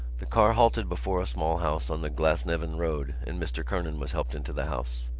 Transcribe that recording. the car halted before a small house on the glasnevin road and mr. kernan was helped into the house.